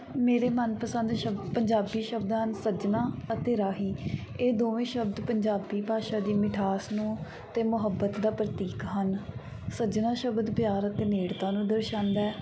ਮੇਰੇ ਮਨਪਸੰਦ ਸ਼ਬਦ ਪੰਜਾਬੀ ਸ਼ਬਦ ਹਨ ਸੱਜਣਾ ਅਤੇ ਰਾਹੀ ਇਹ ਦੋਵੇਂ ਸ਼ਬਦ ਪੰਜਾਬੀ ਭਾਸ਼ਾ ਦੀ ਮਿਠਾਸ ਨੂੰ ਅਤੇ ਮੁਹੱਬਤ ਦਾ ਪ੍ਰਤੀਕ ਹਨ ਸੱਜਣਾ ਸ਼ਬਦ ਪਿਆਰ ਅਤੇ ਨੇੜਤਾ ਨੂੰ ਦਰਸਾਉਂਦਾ ਹੈ